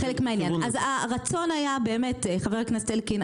חבר הכנסת אלקין,